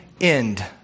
end